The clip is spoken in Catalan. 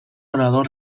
orador